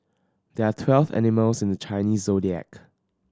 there are twelve animals in the Chinese Zodiac